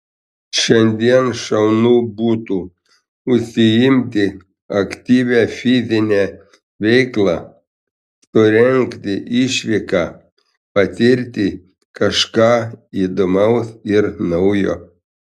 šiandien šaunu būtų užsiimti aktyvia fizine veikla surengti išvyką patirti kažką įdomaus ir naujo